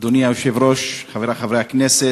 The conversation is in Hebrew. אדוני היושב-ראש, חברי חברי הכנסת,